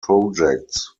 projects